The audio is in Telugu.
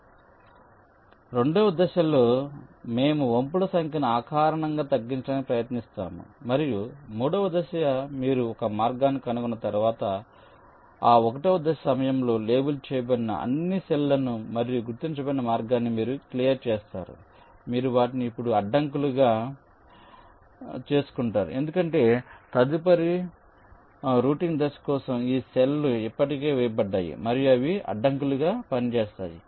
కాబట్టి రెండవ దశ లో మేము వంపుల సంఖ్యను అకారణంగా తగ్గించడానికి ప్రయత్నిస్తాము మరియు మూడవ దశ మీరు ఒక మార్గాన్ని కనుగొన్న తర్వాత అ ఒకటవ దశ సమయంలో లేబుల్ చేయబడిన అన్ని సెల్ లను మరియు గుర్తించబడిన మార్గాన్ని మీరు క్లియర్ చేస్తారు మీరు వాటిని ఇప్పుడు అడ్డంకులుగా చేసుకుంటారు ఎందుకంటే తదుపరి రూటింగ్ దశ కోసం ఈ సెల్ లు ఇప్పటికే వేయబడ్డాయి మరియు అవి అడ్డంకులుగా పనిచేస్తాయి